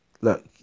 Look